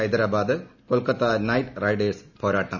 Hyderabad Kolkata Knight Riders പോരാട്ടം